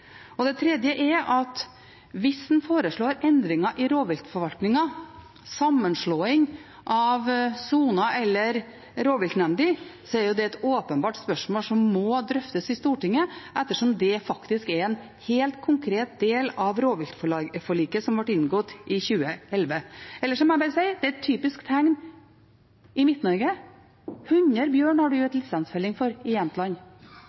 sommeren. Det tredje er at hvis en foreslår endringer i rovviltforvaltningen, sammenslåing av soner eller rovviltnemnder, så er det et åpenbart spørsmål som må drøftes i Stortinget, ettersom det faktisk er en helt konkret del av rovviltforliket som ble inngått i 2011. Ellers må jeg bare si det er et typisk tegn i Midt-Norge. 100 bjørn har en gitt lisensfelling for i